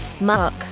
Mark